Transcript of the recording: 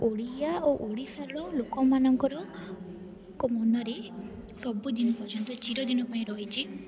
ଓଡ଼ିଆ ଓ ଓଡ଼ିଶାର ଲୋକମାନଙ୍କର ଙ୍କ ମନରେ ସବୁଦିନ ପର୍ଯ୍ୟନ୍ତ ଚିରଦିନ ପାଇଁ ରହିଛି